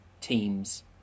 teams